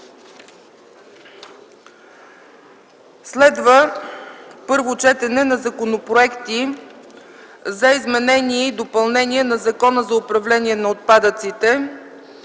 на първо гласуване Законопроект за изменение и допълнение на Закона за управление на отпадъците,